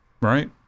right